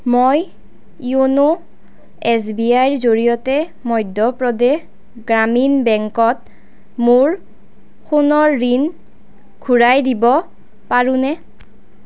মই য়োন' S B আইৰ জৰিয়তে মধ্য প্ৰদেশ গ্ৰামীণ বেংকত মোৰ সোণৰ ঋণ ঘূৰাই দিব পাৰোনে